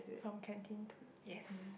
from canteen two yes